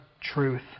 truth